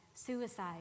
Suicide